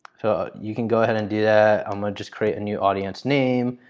you can go ahead and do that. i'm gonna just create a new audience name.